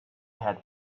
had